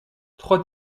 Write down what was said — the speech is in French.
trois